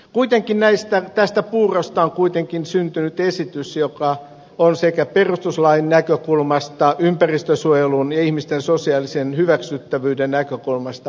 kuitenkin tästä puurosta on syntynyt esitys joka on sekä perustuslain ympäristönsuojelun että ihmisten sosiaalisen hyväksyttävyyden näkökulmasta pääosin hyväksyttävä